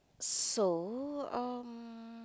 so um